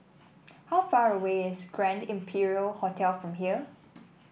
how far away is Grand Imperial Hotel from here